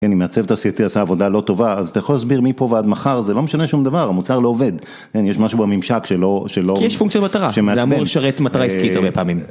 אני מעצב תעשייתי עשה עבודה לא טובה אז אתה יכול להסביר מפה ועד מחר זה לא משנה שום דבר המוצר לא עובד יש משהו בממשק שלא שלא.. כי יש פונקציה מטרה זה אמור לשרת מטרה עסקית הרבה פעמים.